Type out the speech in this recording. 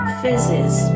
fizzes